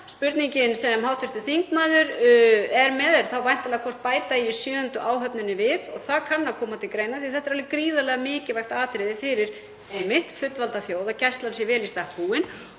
Spurningin sem hv. þingmaður er með er þá væntanlega hvort bæta eigi sjöundu áhöfninni við og það kann að koma til greina því að það er alveg gríðarlega mikilvægt atriði fyrir fullvalda þjóð að Gæslan sé vel í stakk